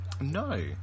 No